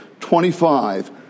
25